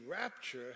rapture